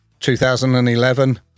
2011